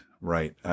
right